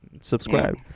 subscribe